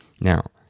Now